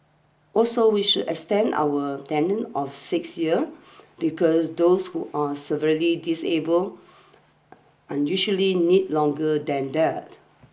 also we should extend our tenant of six year because those who are severely disable unusually need longer than that